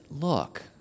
Look